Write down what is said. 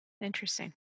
interesting